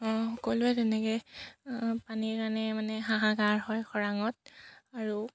সকলোৱে তেনেকৈ পানীৰ কাৰণে মানে হাহাকাৰ হয় খৰাঙত আৰু